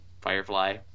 Firefly